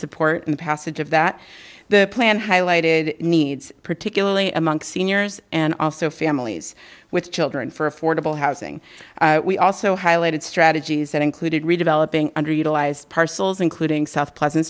support and the passage of that the plan highlighted needs particularly among seniors and also families with children for affordable housing we also highlighted strategies that included redeveloping underutilized parcels including south pleasant